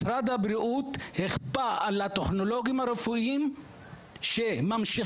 משרד הבריאות כפה על הטכנולוגים הרפואיים שממשיכם